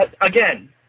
Again